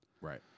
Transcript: Right